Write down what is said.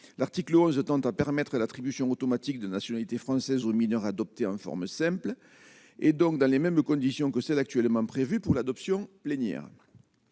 l'article 11 attentats à permettre l'attribution automatique de nationalité française aux mineurs adoptée informe simple et donc dans les mêmes conditions que celles actuellement prévues pour l'adoption plénière